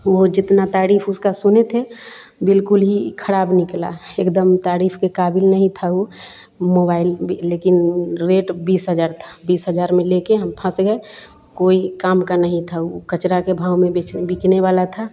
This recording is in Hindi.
वह जितना तारीफ उसकी सुने थे बिल्कुल ही ख़राब निकला एकदम तारीफ के क़ाबिल नहीं था वह मोबाइल वह लेकिन रेट बीस हज़ार था बीस हज़ार में लेकर हम फंस गए कोई काम का नहीं था ऊ कचरा के भाव में बेचने बिकने वाला था